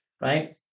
Right